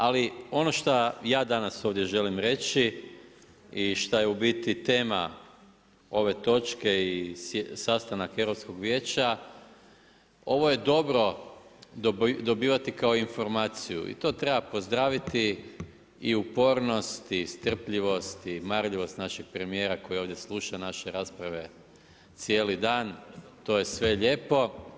Ali ono šta ja danas ovdje želim reći i šta je u biti tema ove točke i sastanak Europskog vijeća, ovo je dobro dobivati kao informaciju i to treba pozdraviti i upornost i strpljivost i marljivost našeg premijera koji ovdje sluša naše rasprave cijeli dan, to je sve lijepo.